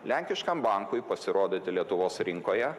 lenkiškam bankui pasirodyti lietuvos rinkoje